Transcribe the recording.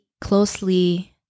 closely